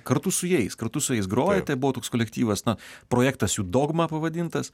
kartu su jais kartu su jais grojate buvo toks kolektyvas na projektas jų dogma pavadintas